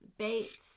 Bates